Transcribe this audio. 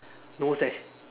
no sash